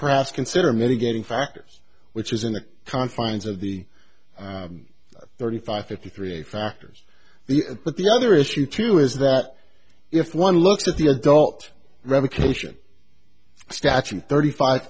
perhaps consider mitigating factors which is in the confines of the thirty five fifty three factors but the other issue too is that if one looks at the adult revocation statute thirty five